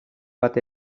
bat